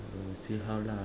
oh see how lah